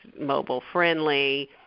mobile-friendly